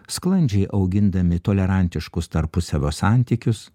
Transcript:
sklandžiai augindami tolerantiškus tarpusavio santykius